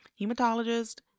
hematologist